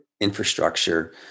infrastructure